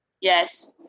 Yes